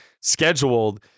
scheduled